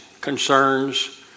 concerns